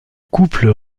couple